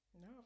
No